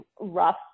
rough